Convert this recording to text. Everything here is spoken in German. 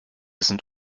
sind